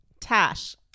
Tash